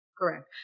Correct